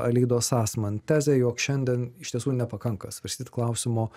alydos asman tezę jog šiandien iš tiesų nepakanka svarstyt klausimo